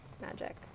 magic